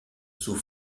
sous